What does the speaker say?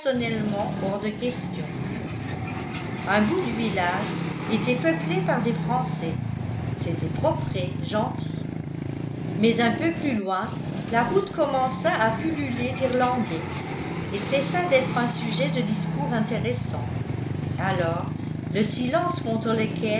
personnellement hors de question un bout du village était peuplé par des français c'était propret gentil mais un peu plus loin la route commença à pulluler d'irlandais et cessa d'être un sujet de discours intéressant alors le silence contre